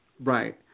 Right